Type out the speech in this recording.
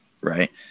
Right